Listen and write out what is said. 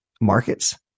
markets